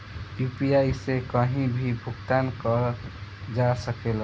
UPI से कहीं भी भुगतान कर जा सकेला?